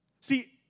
See